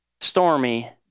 stormy